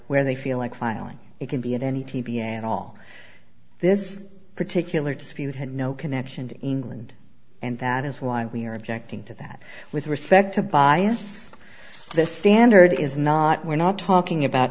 where they feel like filing it can be in any t v at all this particular dispute had no connection to england and that is why we are objecting to that with respect to bias the standard is not we're not talking about